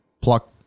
pluck